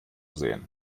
sehen